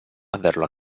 averlo